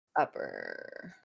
Upper